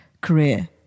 career